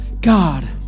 God